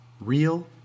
real